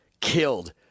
killed